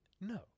No